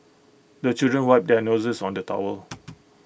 the children wipe their noses on the towel